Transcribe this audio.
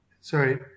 sorry